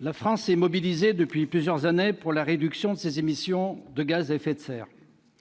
la France est mobilisée depuis plusieurs années pour la réduction de ses émissions de gaz à effet de serre.